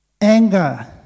Anger